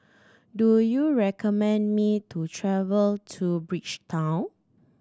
do you recommend me to travel to Bridgetown